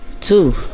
Two